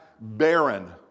barren